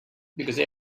because